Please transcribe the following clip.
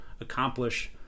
accomplish